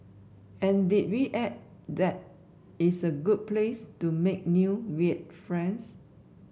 and did we add that it's a good place to make new weird friends